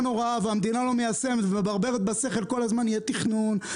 הוראה והמדינה לא מיישמת ומברברת בשכל כל הזמן שיהיה תכנון,